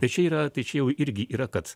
tai čia yra tai čia jau irgi yra kad